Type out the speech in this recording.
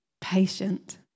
patient